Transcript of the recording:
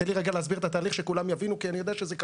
תן לי רגע להסביר את התהליך כדי שכולם יבינו כי אני יודע שזה קשה,